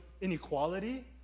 inequality